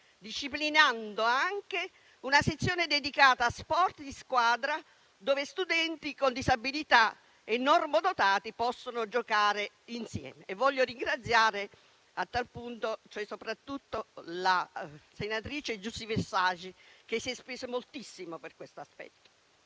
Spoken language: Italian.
disciplinando anche una sezione dedicata a sport di squadra, dove studenti con disabilità e normodotati possono giocare insieme. Vorrei ringraziare a tal riguardo soprattutto la senatrice Giusy Versace, che si è spesa moltissimo per questo aspetto.